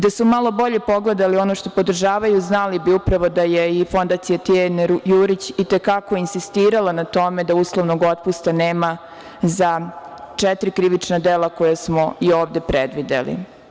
Da su malo bolje pogledali ono što podržavaju, znali bi upravo da je i fondacija Tijane Jurić i te kako insistirala na tome da uslovnog otpusta nema za četiri krivična dela koja smo i ovde predvideli.